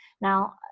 Now